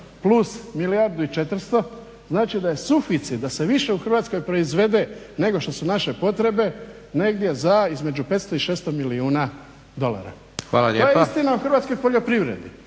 plus milijardu i 400, znači da je suficit, da se više u Hrvatskoj proizvede nego što su naše potrebe negdje za, između 500 i 600 milijuna dolara. …/Upadica predsjednik: Hvala lijepa./… To je istina o hrvatskoj poljoprivredi.